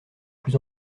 plus